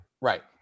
right